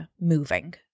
moving